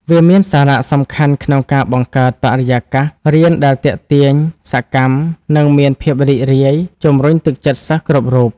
វាមានសារៈសំខាន់ក្នុងការបង្កើតបរិយាកាសរៀនដែលទាក់ទាញ សកម្ម និងមានភាពរីករាយ ជម្រុញទឹកចិត្តសិស្សគ្រប់រូប។